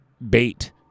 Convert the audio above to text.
Bait